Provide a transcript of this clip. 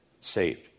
saved